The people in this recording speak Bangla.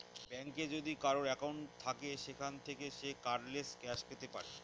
ব্যাঙ্কে যদি কারোর একাউন্ট থাকে সেখান থাকে সে কার্ডলেস ক্যাশ পেতে পারে